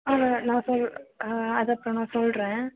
நான் சொல் அதை அப்றம் நான் சொல்கிறேன்